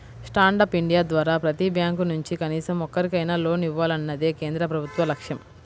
stand up India ద్వారా ప్రతి bank నుంచి కనీసం ఒక్కరికైనా లోన్ ఇవ్వాలన్నదే కేంద్ర ప్రభుత్వ లక్ష్యం